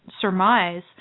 surmise